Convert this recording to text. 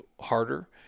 harder